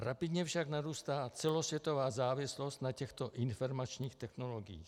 Rapidně však narůstá celosvětová závislost na těchto informačních technologiích.